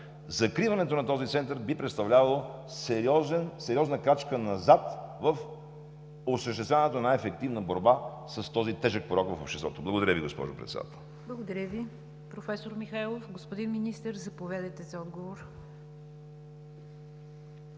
закриването на този център би представлявало сериозна крачка назад в осъществяването на ефективна борба с този тежък порок в обществото. Благодаря Ви, госпожо Председател. ПРЕДСЕДАТЕЛ НИГЯР ДЖАФЕР: Благодаря Ви, професор Михайлов. Господин Министър, заповядайте за отговор.